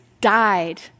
died